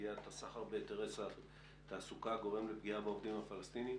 בסוגיית הסחר בהיתרי תעסוקה שגורם לפגיעה בעובדים הפלסטיניים.